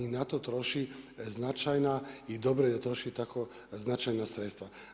I na to troši značajna i dobro je da troši tako značajna sredstva.